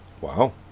Wow